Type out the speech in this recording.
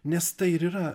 nes tai ir yra